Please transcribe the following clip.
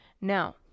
Now